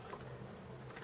slide पहा